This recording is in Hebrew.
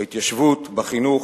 בהתיישבות, בחינוך,